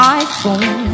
iphone